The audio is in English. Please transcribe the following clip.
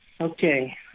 Okay